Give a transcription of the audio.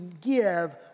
give